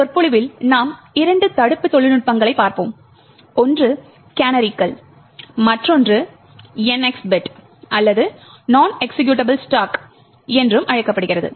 இந்த சொற்பொழிவில் நாம் இரண்டு தடுப்பு தொழில்நுட்பங்களைப் பார்ப்போம் ஒன்று கேனரிகள் என்றும் மற்றொன்று NX பிட் அல்லது நொன் எக்சிகியூட்டபிள் ஸ்டாக் என்றும் அழைக்கப்படுகிறது